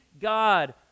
God